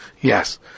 Yes